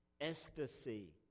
Ecstasy